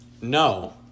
No